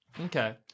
Okay